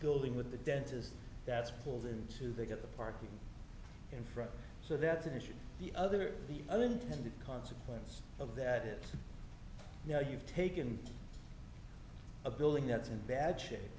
building with a dentist that's called in to they get the parking in front so that's an issue the other the unintended consequence of that it you know you've taken a building that's in bad shape